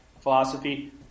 philosophy